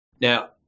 Now